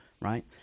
Right